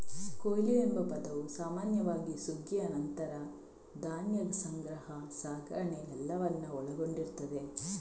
ಕೊಯ್ಲು ಎಂಬ ಪದವು ಸಾಮಾನ್ಯವಾಗಿ ಸುಗ್ಗಿಯ ನಂತರ ಧಾನ್ಯ ಸಂಗ್ರಹ, ಸಾಗಣೆ ಎಲ್ಲವನ್ನ ಒಳಗೊಂಡಿರ್ತದೆ